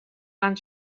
van